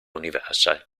universal